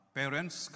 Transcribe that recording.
parents